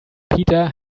peter